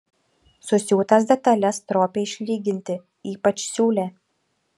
susiūtas detales stropiai išlyginti ypač siūlę